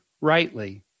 rightly